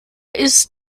ist